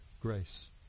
grace